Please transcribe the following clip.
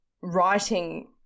writing